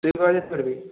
তুই কোথা থেকে ধরবি